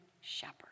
shepherd